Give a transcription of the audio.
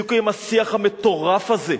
תפסיקו עם השיח המטורף הזה.